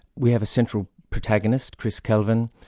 we have a central protagonist, chris kelvin,